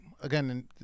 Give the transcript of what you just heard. again